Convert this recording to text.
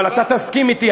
אבל אתה תסכים אתי,